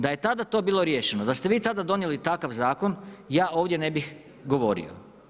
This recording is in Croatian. Da je tada to bilo riješeno, da ste vi tada donijeli takav zakon, ja ovdje ne bih govorio.